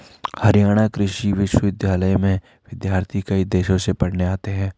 हरियाणा कृषि विश्वविद्यालय में विद्यार्थी कई देशों से पढ़ने आते हैं